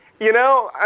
you know?